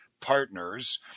partners